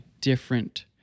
different